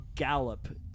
Gallop